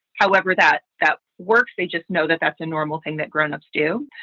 however, that that works. they just know that that's a normal thing that grownups do.